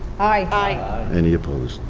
aye. any opposed?